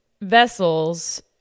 Vessels